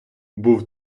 був